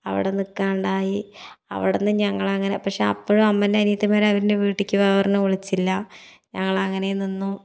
അവിടെ നിൽക്കാണ്ടായി അവിടെ നിന്ന് ഞങ്ങളങ്ങനെ പക്ഷെ അപ്പോഴും അമ്മൻ്റെ അനിയത്തിമാർ അവരെന്നെ വീട്ടിലേക്ക് വാ പറഞ്ഞ് വിളിച്ചില്ല ഞങ്ങളങ്ങനേ നിന്നു